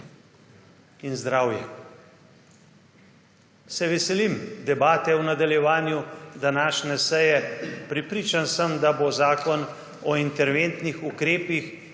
in zdravje. Se veselim debate v nadaljevanju današnje seje. Prepričan sem, da bo Zakon o interventnih ukrepih,